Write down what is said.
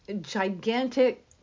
gigantic